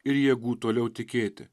ir jėgų toliau tikėti